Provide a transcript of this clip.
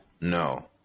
no